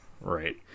Right